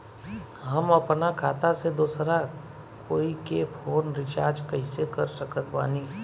हम अपना खाता से दोसरा कोई के फोन रीचार्ज कइसे कर सकत बानी?